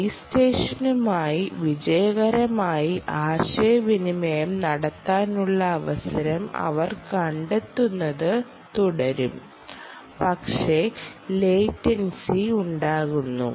base സ്റ്റേഷനുമായി വിജയകരമായി ആശയവിനിമയം നടത്താനുള്ള അവസരം അവർ കണ്ടെത്തുന്നത് തുടരും പക്ഷേ ലേറ്റൻസി ഉണ്ടാകുന്നു